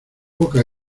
poca